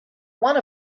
one